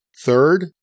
Third